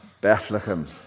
Bethlehem